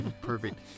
perfect